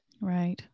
Right